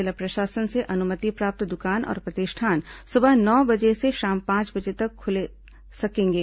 जिला प्रशासन से अनुमति प्राप्त दुकान और प्रतिष्ठान सुबह नौ बजे से शाम पांच बजे तक खुल सकेंगे